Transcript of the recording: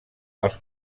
els